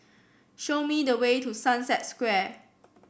show me the way to Sunset Square